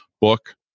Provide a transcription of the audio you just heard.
book